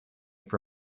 for